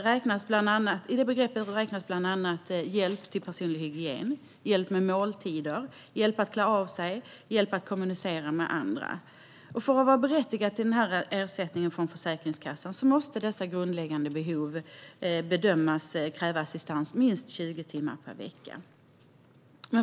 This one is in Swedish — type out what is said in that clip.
I det begreppet räknas bland annat hjälp till personlig hygien, hjälp med måltider, hjälp att klä av sig och hjälp att kommunicera med andra. För att vara berättigad till den här ersättningen från Försäkringskassan måste dessa grundläggande behov bedömas kräva assistans minst 20 timmar per vecka.